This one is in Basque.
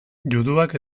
juduak